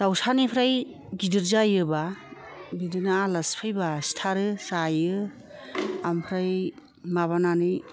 दावसानिफ्राय गिदिर जायोबा बिदिनो आलासि फैबा सिथारो जायो ओमफ्राय माबानानै